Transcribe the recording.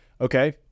okay